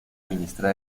ministra